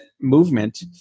movement